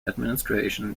administration